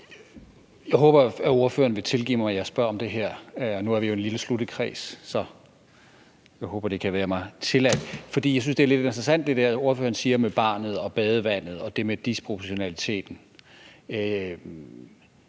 Jeg håber, at ordføreren vil tilgive mig, at jeg spørger om det her. Nu er vi jo en lille sluttet kreds, så jeg håber, det kan være mig tilladt. Jeg synes, at det der, ordføreren siger med barnet og badevandet og disproportionaliteten,